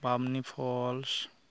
Bamni falls